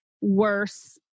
worse